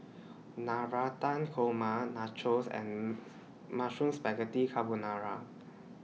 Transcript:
Navratan Korma Nachos and Mushroom Spaghetti Carbonara